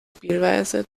spielweise